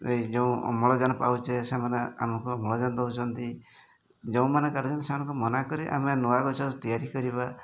ଏଇ ଯେଉଁ ଅମ୍ଳଜାନ ପାଉଛେ ସେମାନେ ଆମକୁ ଅମ୍ଳଜାନ ଦେଉଛନ୍ତି ଯେଉଁମାନେ କାଟୁଛନ୍ତି ସେମାନଙ୍କୁ ମନା କରି ଆମେ ନୂଆ ଗଛ ତିଆରି କରିବା